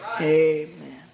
Amen